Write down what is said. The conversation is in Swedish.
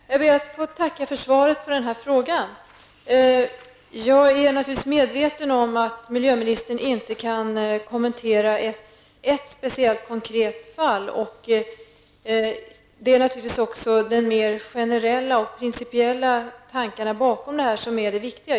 Herr talman! Jag ber att få tacka för svaret på frågan. Jag är naturligtvis medveten om att miljöministern inte kan kommentera ett speciellt konkret fall, och det är naturligtvis mer de generella och principiella tankarna bakom detta som är de viktiga.